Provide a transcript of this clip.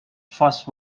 first